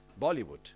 Bollywood